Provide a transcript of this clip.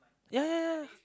ya ya ya